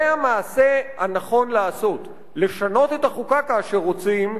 זה המעשה הנכון לעשות: לשנות את החוקה כאשר רוצים,